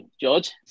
George